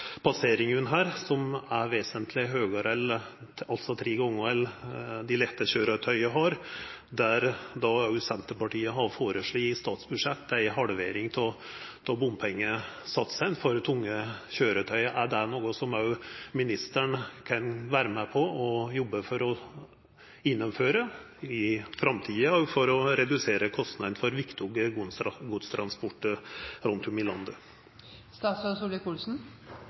her, som er tre gonger høgare for dei enn for dei lette køyretøya. Senterpartiet har i statsbudsjettet føreslått ei halvering av bompengesatsane for tunge køyretøy. Er det noko som ministeren kan vera med på å jobba for å gjennomføra i framtida – òg for å redusera kostnadene for viktig godstransport rundt om i landet?